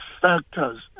factors